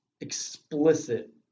explicit